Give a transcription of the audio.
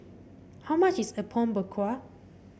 how much is Apom Berkuah